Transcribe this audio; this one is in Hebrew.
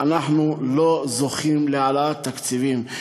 אנחנו לא זוכים להעלאת תקציבים.